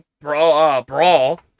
brawl